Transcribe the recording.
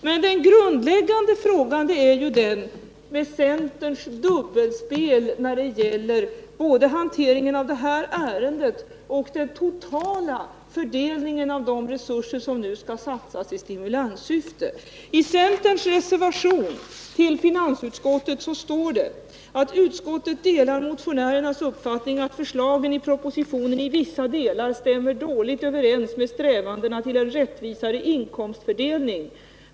Men den grundläggande frågan rör centerns dubbelspel när det gäller hanteringen av det här ärendet och den totala fördelningen av de resurser som nu skall satsas i stimulanssyfte. I centerns reservation till finansutskottets betänkande nr 10 heter det: ”Utskottet delar motionärernas uppfattning att förslagen i propositionen i vissa delar stämmer dåligt överens med strävandena till en rättvisare Nr 56 inkomstfördelning.